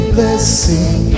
blessing